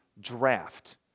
draft